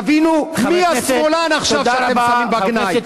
תבינו מי השמאלן עכשיו, שאתם שמים בגנאי.